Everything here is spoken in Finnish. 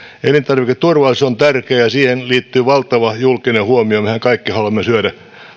elintarviketurvallisuus on tärkeää ja siihen liittyy valtava julkinen huomio mehän kaikki haluamme syödä